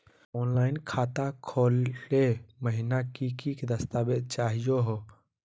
Online खाता खोलै महिना की की दस्तावेज चाहीयो हो?